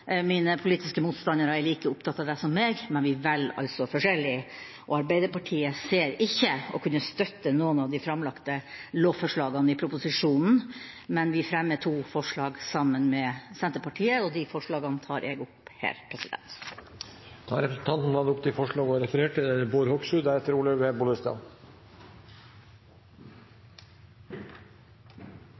mine politiske motstandere er like opptatt av det som meg, men vi velger altså forskjellig. Arbeiderpartiet ser ikke å kunne støtte noen av de framlagte lovforslagene i proposisjonen, men vi fremmer to forslag sammen med Senterpartiet, og de forslagene tar jeg opp her. Da har representanten Tove Karoline Knutsen tatt opp de forslagene hun refererte